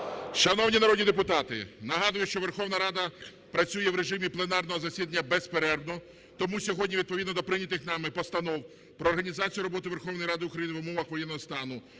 Шановні народні депутати, нагадую, що Верховна Рада працює в режимі пленарного засідання безперервно. Тому сьогодні відповідно до прийнятих нами постанов: про організацію роботи Верховної Ради України в умовах воєнного стану